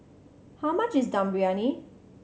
how much is Dum Briyani